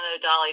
Dolly